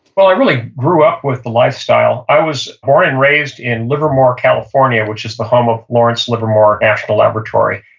well, i really grew up with the lifestyle i was born and raised in livermore, california, which is the home of lawrence livermore national laboratory.